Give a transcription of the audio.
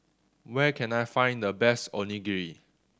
where can I find the best Onigiri